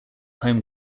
home